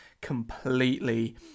completely